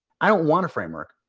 i don't want a framework.